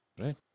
Right